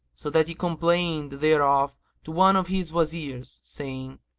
so that he complained thereof to one of his wazirs, saying,